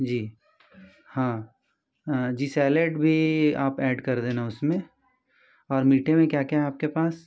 जी हाँ जी सैलेड भी आप ऐड कर देना उस में और मीठे में क्या क्या है आपके पास